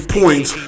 points